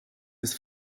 des